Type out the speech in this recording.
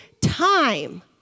time